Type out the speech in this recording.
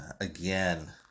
again